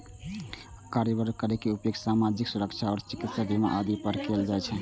कार्यबल कर के उपयोग सामाजिक सुरक्षा आ चिकित्सा बीमा आदि पर कैल जाइ छै